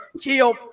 kill